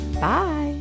Bye